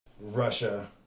Russia